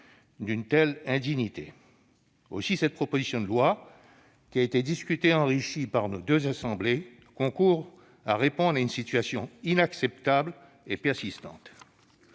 d'une telle indignité. Aussi, cette proposition de loi, qui a été discutée et enrichie par nos deux assemblées, concourt à répondre à une situation inacceptable et persistante.